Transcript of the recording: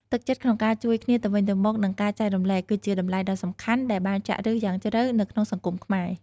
ទឹកចិត្តក្នុងការជួយគ្នាទៅវិញទៅមក និងការចែករំលែក គឺជាតម្លៃដ៏សំខាន់ដែលបានចាក់ឫសយ៉ាងជ្រៅនៅក្នុងសង្គមខ្មែរ។